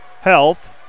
Health